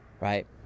Right